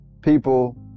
people